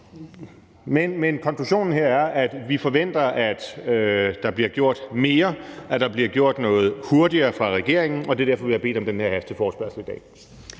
Men konklusionen her er, at vi forventer, at der bliver gjort mere, at der bliver gjort noget hurtigere fra regeringens side, og det er derfor, vi har bedt om at få den her hasteforespørgselsdebat